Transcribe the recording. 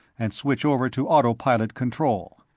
and switch over to autopilot control.